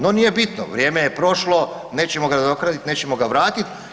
No nije bitno, vrijeme je prošlo, nećemo ga nadoknadit, nećemo ga vratit.